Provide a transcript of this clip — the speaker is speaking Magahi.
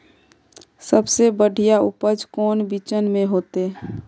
सबसे बढ़िया उपज कौन बिचन में होते?